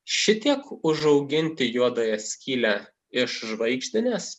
šitiek užauginti juodąją skylę iš žvaigždinės